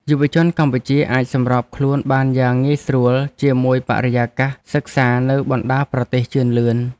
យុវជនកម្ពុជាអាចសម្របខ្លួនបានយ៉ាងងាយស្រួលជាមួយបរិយាកាសសិក្សានៅបណ្តាប្រទេសជឿនលឿន។